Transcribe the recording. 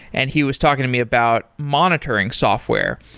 and he was talking to me about monitoring software.